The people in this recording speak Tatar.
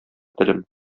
телем